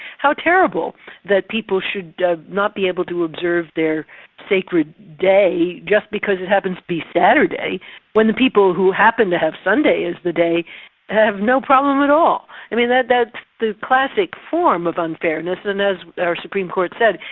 how terrible that people should not be able to observe their sacred day just because it happens to be saturday when the people who happen to have sunday as the day have no problem at all. i mean, that, that's the classic form of unfairness and as our supreme court said,